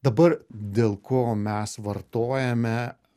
dabar dėl ko mes vartojame